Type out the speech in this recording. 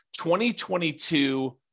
2022